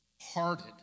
hearted